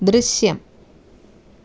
ദൃശ്യം